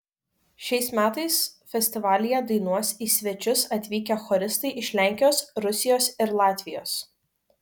šiais metais festivalyje dainuos į svečius atvykę choristai iš lenkijos rusijos ir latvijos